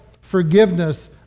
forgiveness